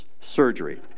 surgery